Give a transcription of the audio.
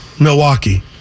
Milwaukee